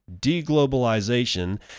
deglobalization